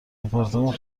آپارتمان